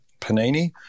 panini